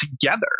together